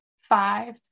five